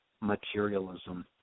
materialism